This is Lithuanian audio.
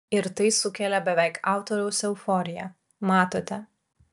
ir tai sukelia beveik autoriaus euforiją matote